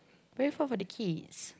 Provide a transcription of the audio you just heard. very far for the keys